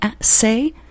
say